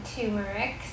turmeric